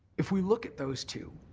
if we look at those two,